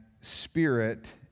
spirit